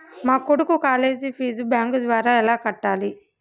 మా కొడుకు college fee bank ద్వారా ఎలా కట్టాలి?